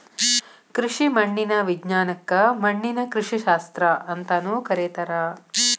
ಕೃಷಿ ಮಣ್ಣಿನ ವಿಜ್ಞಾನಕ್ಕ ಮಣ್ಣಿನ ಕೃಷಿಶಾಸ್ತ್ರ ಅಂತಾನೂ ಕರೇತಾರ